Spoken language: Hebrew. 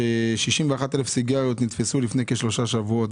61 אלף סיגריות אלקטרוניות נתפסו לפני כשלושה שבועות,